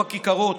בכיכרות,